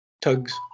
tugs